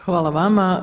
Hvala vama.